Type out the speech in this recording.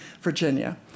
Virginia